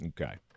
Okay